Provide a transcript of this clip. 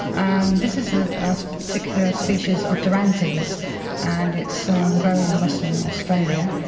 um this is a particular species of doryanthes and it's and grown in western australia.